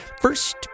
first